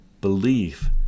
belief